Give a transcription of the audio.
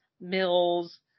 mills